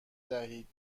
دهید